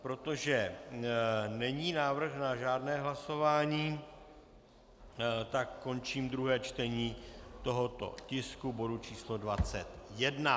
Protože není návrh na žádné hlasování, končím druhé čtení tohoto tisku bodu číslo 21.